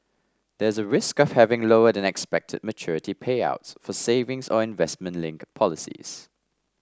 there is a risk of having lower than expected maturity payouts for savings or investment linked policies